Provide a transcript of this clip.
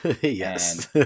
Yes